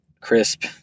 crisp